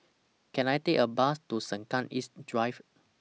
Can I Take A Bus to Sengkang East Drive